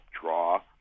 draw